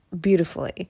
beautifully